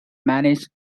managed